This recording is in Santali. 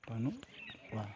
ᱵᱟᱹᱱᱩᱜ ᱠᱚᱣᱟ